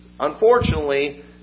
Unfortunately